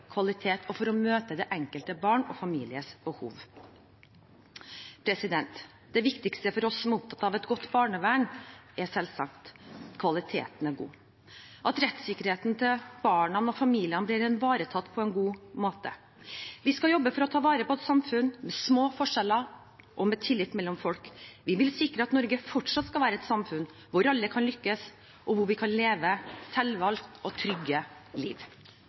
kvalitet og for å møte det enkelte barn og den enkelte families behov. Det viktigste for oss som er opptatt av et godt barnevern, er selvsagt at kvaliteten er god, at rettssikkerheten til barna og familiene blir ivaretatt på en god måte. Vi skal jobbe for å ta vare på et samfunn med små forskjeller og med tillit mellom folk. Vi vil sikre at Norge fortsatt skal være et samfunn hvor alle kan lykkes, og hvor vi kan leve et selvvalgt og trygt liv.